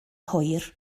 hwyr